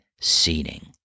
seating